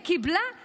וקיבלה דמי אבטלה.